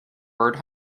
bird